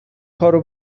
کارو